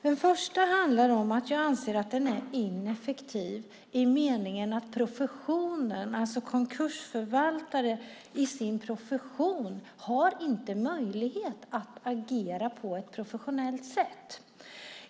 Det första är att jag anser att den är ineffektiv i den meningen att konkursförvaltare i sin profession inte har möjlighet att agera på ett professionellt sätt.